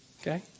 Okay